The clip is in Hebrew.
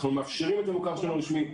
מאפשרים את המוכר שאינו רשמי,